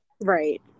Right